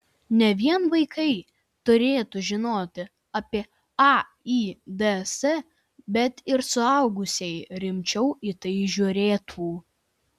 ne vien vaikai turėtų žinoti apie aids bet ir suaugusieji rimčiau į tai žiūrėtų